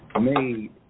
made